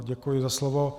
Děkuji za slovo.